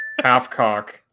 Halfcock